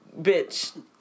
bitch